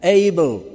able